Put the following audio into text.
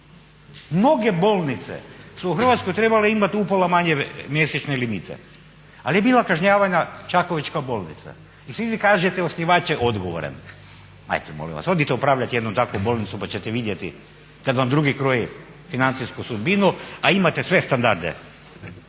mnoge bolnice su u Hrvatskoj trebale imati upola manje mjesečne limite, ali je bila kažnjavanja čakovečka bolnica i svi vi kažete osnivač je odgovoran. Ajte molim vas, odite upravljati jednom takvom bolnicom pa ćete vidjeti kada vam drugi kroje financijsku sudbinu, a imate sve standarde.